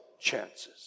chances